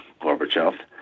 Gorbachev